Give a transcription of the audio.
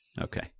Okay